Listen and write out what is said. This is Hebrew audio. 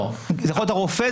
זה יכול להיות הרופא,